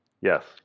yes